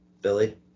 Billy